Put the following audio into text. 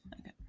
Okay